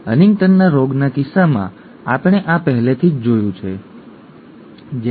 હન્ટિંગ્ટનના રોગના કિસ્સામાં આપણે આ પહેલેથી જ જોયું છે ઠીક છે